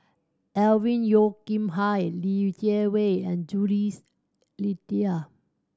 Alvin Yeo Khirn Hai Li Jiawei and Jules Itier